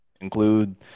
include